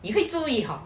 你会注意 hor